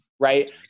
Right